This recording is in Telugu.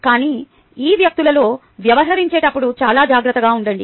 కానీ ఈ వ్యక్తులతో వ్యవహరించేటప్పుడు చాలా జాగ్రత్తగా ఉండండి